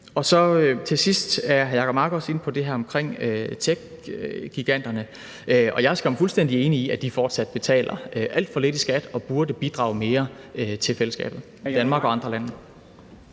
Til sidst er hr. Jacob Mark også inde på det her med techgiganterne. Jeg er skam fuldstændig enig i, at de fortsat betaler alt for lidt i skat og burde bidrage mere til fællesskabet i Danmark og andre lande.